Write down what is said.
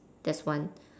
there's one